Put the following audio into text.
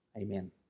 Amen